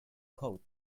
coat